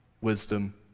wisdom